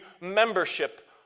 membership